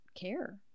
care